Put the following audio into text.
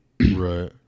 Right